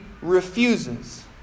refuses